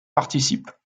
participe